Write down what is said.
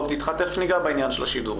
ניגע בעניין של השידורים.